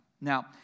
Now